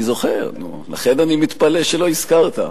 אני זוכר, לכן אני מתפלא שלא הזכרת.